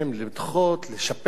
לשפץ את ההחלטה,